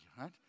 right